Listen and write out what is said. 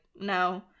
no